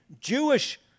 Jewish